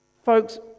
Folks